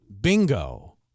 Bingo